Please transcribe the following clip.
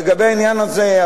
לגבי העניין הזה,